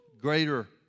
greater